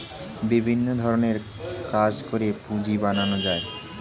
বিভিন্ন ধরণের কাজ করে পুঁজি বানানো যায়